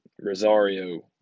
rosario